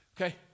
okay